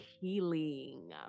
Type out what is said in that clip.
healing